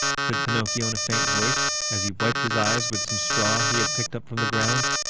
said pinocchio in a faint voice, as he wiped his eyes with some straw he had picked up from the ground.